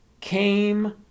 came